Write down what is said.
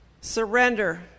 Surrender